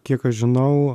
kiek aš žinau